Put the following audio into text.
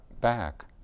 back